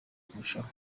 kurushaho